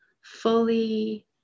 fully